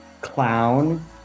clown